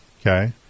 okay